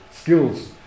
skills